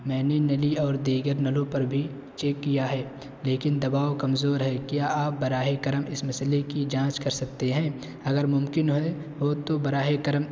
میں نے نلی اور دیگر نلوں پر بھی چیک کیا ہے لیکن دباؤ کمزور ہے کیا آپ براہ کرم اس مسئلے کی جانچ کر سکتے ہیں اگر ممکن ہے ہو تو براہ کرم